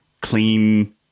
clean